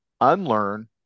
unlearn